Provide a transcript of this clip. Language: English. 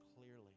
clearly